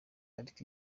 ariko